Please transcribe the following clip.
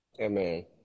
Amen